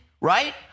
right